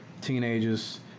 teenagers